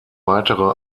weitere